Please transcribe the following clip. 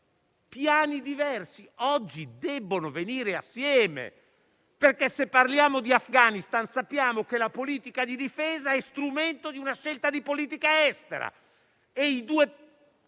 piani diversi. Oggi invece devono venire assieme perché, se parliamo di Afghanistan, sappiamo che la politica di difesa è strumento di una scelta di politica estera e i due